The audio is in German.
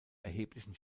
erheblichen